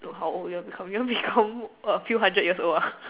no how old you want to become you want to become a few hundred years old ah